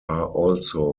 also